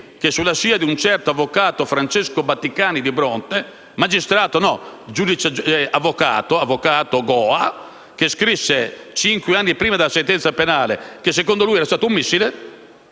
sulla scia di un certo avvocato Francesco Batticani di Bronte (magistrato? No, avvocato e giudice onorario aggregato), che scrisse, cinque anni prima della sentenza penale, che secondo lui era stato un missile.